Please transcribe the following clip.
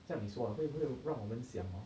这样你说会不会让我们想 hor